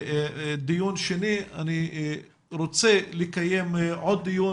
זה דיון שני ואני רוצה לקיים עוד דיון